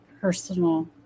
personal